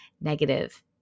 negative